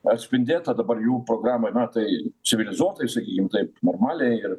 atspindėta dabar jų programoj na tai civilizuotai sakykime taip normaliai ir